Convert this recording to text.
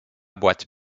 boîte